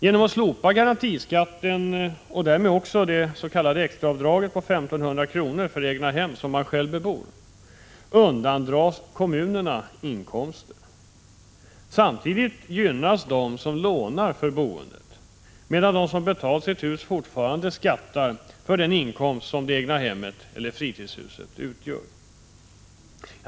Genom att slopa garantiskatten, och därmed också det s.k. extraavdraget på 1 500 kr. för egnahem som man själv bebor, undandras kommunerna dessa inkomster. Samtidigt gynnas de som lånar för boendet, medan de som betalat sitt hus fortfarande skattar för den inkomst som det egnahemmet eller fritidshuset utgör.